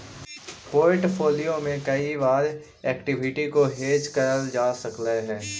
portfolio में कई बार एक्विटी को हेज करल जा सकलई हे